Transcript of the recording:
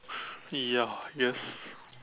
ya I guess